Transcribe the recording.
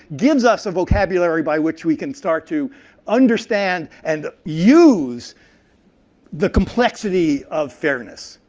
gives us a vocabulary by which we can start to understand and use the complexity of fairness.